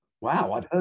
Wow